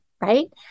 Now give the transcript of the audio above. right